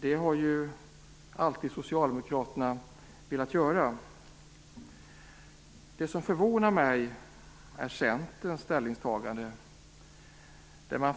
Det har Socialdemokraterna alltid velat göra. Det som förvånar mig är Centerns ställningstagande.